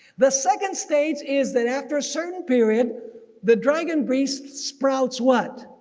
the second stage is that after a certain period the dragon beast sprouts what?